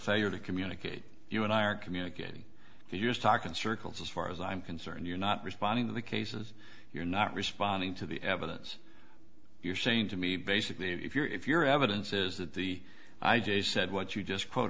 failure to communicate you and i are communicating if you just talk in circles as far as i'm concerned you're not responding to the cases you're not responding to the evidence you're saying to me basically if you're if you're evidence is that the i just said what you just